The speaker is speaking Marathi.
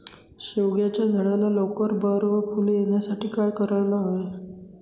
शेवग्याच्या झाडाला लवकर बहर व फूले येण्यासाठी काय करायला हवे?